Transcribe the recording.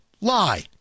lie